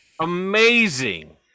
amazing